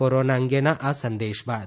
corona અંગેના આ સંદેશ બાદ